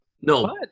No